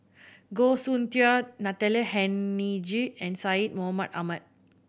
Goh Soon Tioe Natalie Hennedige and Syed Mohamed Ahmed